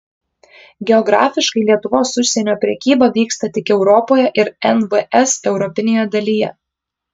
geografiškai lietuvos užsienio prekyba vyksta tik europoje ir nvs europinėje dalyje